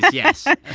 yes